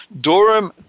Durham